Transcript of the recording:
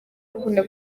akunda